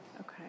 Okay